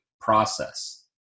process